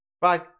Bye